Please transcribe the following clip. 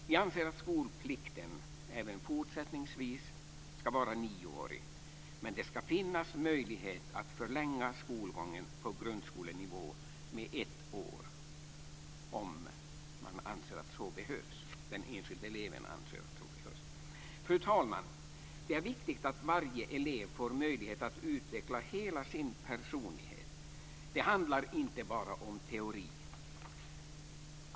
Vi anser att skolplikten även fortsättningsvis ska vara nioårig, men det ska finnas möjlighet att förlänga skolgången på grundskolenivå med ett år om den enskilde eleven anser att så behövs. Fru talman! Det är viktigt att varje elev får möjlighet att utveckla hela sin personlighet. Det handlar inte bara om teori.